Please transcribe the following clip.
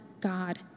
God